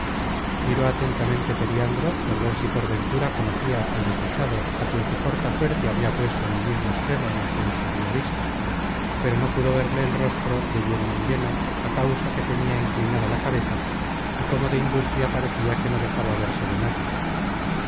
miró atentamente periandro por ver si por ventura conocia al desdichado á quien su corta suerte habia puesto en el mismo extremo en que él se habia visto pero no pudo verle el rostro de lleno en lleno á causa que tenia inclinada la cabeza y como de industria parecia que no dejaba verse de nadie